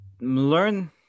learn